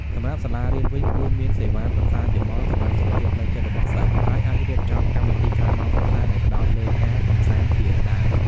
សម្រាប់សាលារៀនវិញគួរមានសេវាប្រឹក្សាយោបល់ សម្រាប់សុខភាពផ្លូវចិត្តរបស់សិស្ស ហើយអាចរៀបចំកម្មវិធីក្រៅម៉ោងសិក្សាដែលផ្ដោតលើការកម្សាន្តជាដើម។